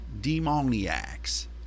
demoniacs